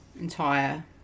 entire